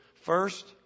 First